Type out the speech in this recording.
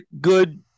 good